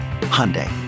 Hyundai